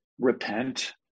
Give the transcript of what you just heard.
repent